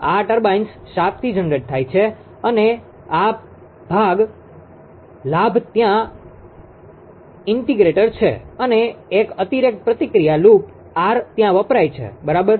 આ ટર્બાઇન્સ શાફ્ટથી જનરેટ થાય છે અને આ ભાગ લાભ ત્યાં એકીકૃત છે અને એક અતિરિક્ત પ્રતિક્રિયા લૂપ આર ત્યાં વપરાય છે બરાબર